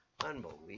Unbelievable